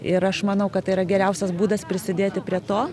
ir aš manau kad tai yra geriausias būdas prisidėti prie to